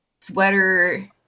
sweater